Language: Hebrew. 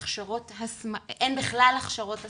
אין בכלל הכשרות הסמכה,